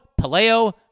paleo